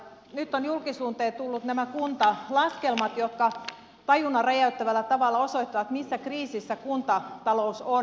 nyt ovat julkisuuteen tulleet nämä kuntalaskelmat jotka tajunnan räjäyttävällä tavalla osoittavat missä kriisissä kuntatalous on